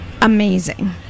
Amazing